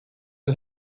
who